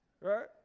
Right